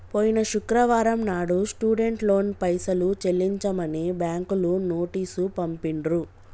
పోయిన శుక్రవారం నాడు స్టూడెంట్ లోన్ పైసలు చెల్లించమని బ్యాంకులు నోటీసు పంపిండ్రు